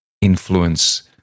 influence